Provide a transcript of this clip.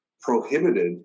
prohibited